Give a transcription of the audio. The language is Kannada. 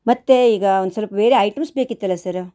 ಮತ್ತು ಈಗ ಒಂದು ಸ್ವಲ್ಪ ಬೇರೆ ಐಟಮ್ಸ್ ಬೇಕಿತ್ತಲ್ಲ ಸರ